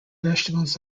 vegetables